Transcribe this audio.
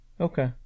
okay